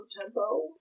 tempo